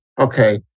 okay